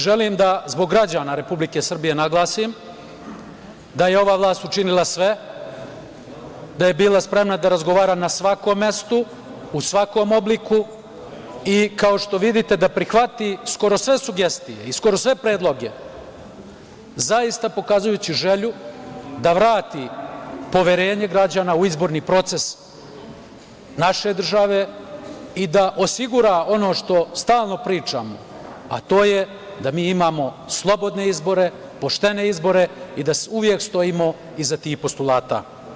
Želim da zbog građana Republike Srbije naglasim da je ova vlast učinila sve, da je bila spremna da razgovara na svakom mestu, u svakom obliku i, kao što vidite, da prihvati skoro sve sugestije i skoro sve predloge zaista pokazujući želju da vrati poverenje građana u izborni proces naše države i da osigura ono što stalno pričamo, a to je da imamo slobodne izbore, poštene izbore i da uvek stojimo iza tih postulata.